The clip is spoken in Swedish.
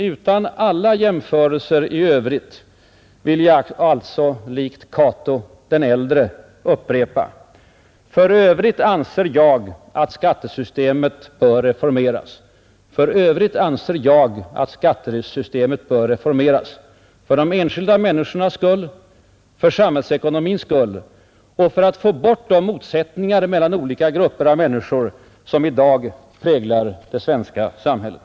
Utan alla jämförelser i övrigt vill jag alltså likt Cato den äldre upprepa: För övrigt anser jag att skattesystemet bör reformeras. För de enskilda människornas skull, för samhällsekonomins skull och för att få bort de motsättningar mellan olika grupper av människor som i dag präglar det svenska samhället.